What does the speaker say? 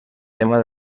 tema